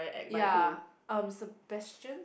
ya um Sebastian